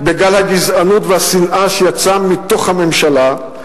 בגל הגזענות והשנאה שיצא מתוך הממשלה,